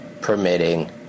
permitting